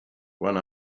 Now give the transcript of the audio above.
one